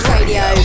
Radio